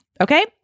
Okay